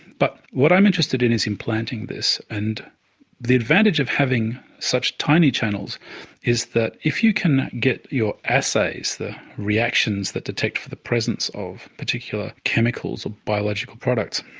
but what i'm interested in is implanting this. and the advantage of having such tiny channels is that if you can get your assays, the reactions that detect the presence of particular chemicals or biological products,